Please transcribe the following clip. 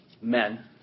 men